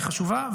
היא חשובה,